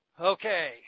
Okay